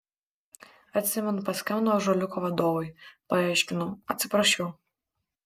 atsimenu paskambinau ąžuoliuko vadovui paaiškinau atsiprašiau